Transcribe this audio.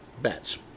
bets